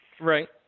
Right